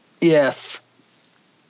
Yes